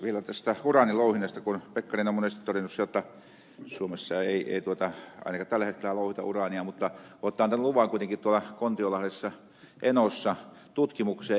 vielä tästä uraanin louhinnasta kun pekkarinen on monesti todennut sen jotta suomessa ei ainakaan tällä hetkellä louhita uraania mutta antanut kuitenkin luvan kontiolahdessa enossa tutkimukseen